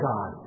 God